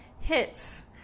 Hits